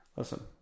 Listen